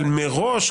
אבל מראש,